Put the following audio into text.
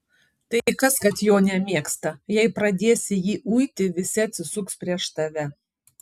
tai kas kad jo nemėgsta jei pradėsi jį uiti visi atsisuks prieš tave